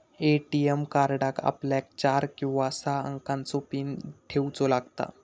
ATM कार्डाक आपल्याक चार किंवा सहा अंकाचो पीन ठेऊचो लागता